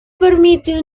permite